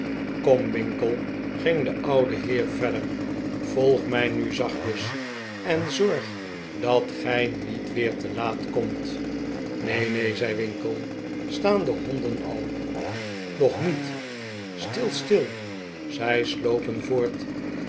kom winkle ging de oude heer verder volg mij nu zachtjes en zorg dat gij niet weer te laat komt neen neen zei winkle staan de honden al nog niet stil stil zij slopen voort